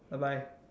bye bye